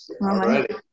Already